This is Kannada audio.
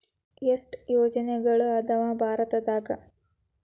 ಎಷ್ಟ್ ಯೋಜನೆಗಳ ಅದಾವ ಭಾರತದಾಗ?